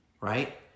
right